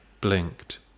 blinked